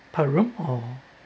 per room or